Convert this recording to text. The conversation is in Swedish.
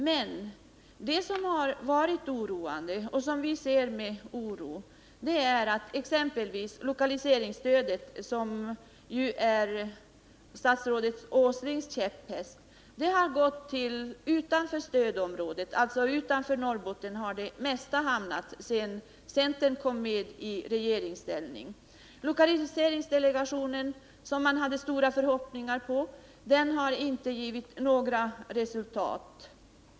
Men vad vi ser med oro är att exempelvis lokaliseringsstödet, som ju är statsrådet Åslings käpphäst, har gått till verksamheter utanför stödområdet. Det mesta har hamnat utanför Norrbotten, sedan centern kom i regeringsställning. Etableringsdelegationen, som man hade stora förhoppningar på, har inte åstadkommit några resultat.